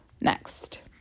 Next